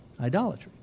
Idolatry